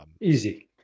easy